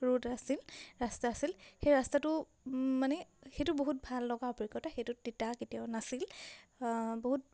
road আছিল ৰাস্তা আছিল সেই ৰাস্তাটো মানে সেইটো বহুত ভাল লগা অভিজ্ঞতা সেইটো তিতা কেতিয়াও নাছিল বহুত